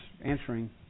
answering